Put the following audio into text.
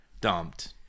dumped